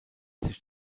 sich